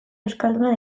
euskalduna